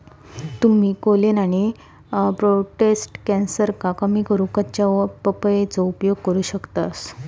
तुम्ही कोलेन आणि प्रोटेस्ट कॅन्सरका कमी करूक कच्च्या पपयेचो उपयोग करू शकतास